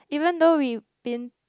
even though we been